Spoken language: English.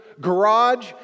garage